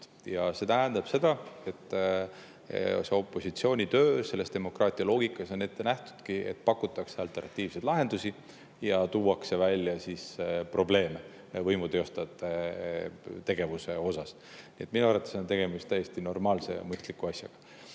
Ja see tähendab seda, et opositsiooni töö selles demokraatia loogikas ongi ette nähtud nii, et pakutakse alternatiivseid lahendusi ja tuuakse välja probleeme võimu teostajate tegevuses. Nii et minu arvates on tegemist täiesti normaalse ja mõistliku asjaga.